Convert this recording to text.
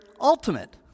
ultimate